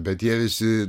bet jie visi